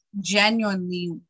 genuinely